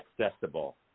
accessible